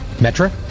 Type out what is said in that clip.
metro